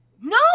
No